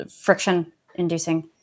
friction-inducing